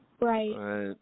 Right